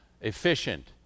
efficient